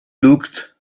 looked